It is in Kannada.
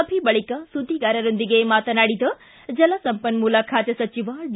ಸಭೆ ಬಳಕ ಸುದ್ದಿಗಾರರೊಂದಿಗೆ ಮಾತನಾಡಿದ ಜಲಸಂಪನ್ನೂಲ ಖಾತೆ ಸಚಿವ ಡಿ